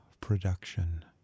production